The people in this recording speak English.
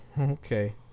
okay